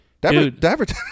Dude